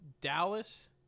Dallas